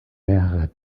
mehrere